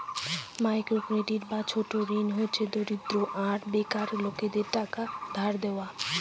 micro credit বা ছোট ঋণ হচ্ছে দরিদ্র আর বেকার লোকেদের টাকা ধার দেওয়া